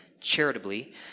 charitably